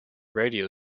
radio